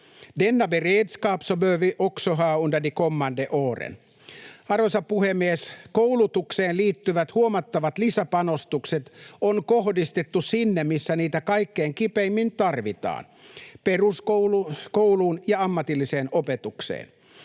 Arvoisa puhemies! Koulutukseen liittyvät huomattavat lisäpanostukset on kohdistettu sinne, missä niitä kaikkein kipeimmin tarvitaan: peruskouluun ja ammatilliseen opetukseen.